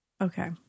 Okay